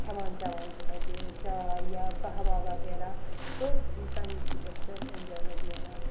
کھٮ۪وان چٮ۪وان چھِ تَتہِ چاے یا کَہواہ وغیرہ تہٕ تَمی سۭتۍ چھِ اَسہِ اٮ۪نجایمٮ۪نٹ میلان